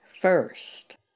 first